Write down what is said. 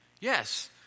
Yes